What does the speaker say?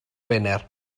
wener